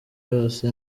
yose